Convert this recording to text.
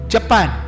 Japan